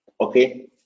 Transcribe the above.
Okay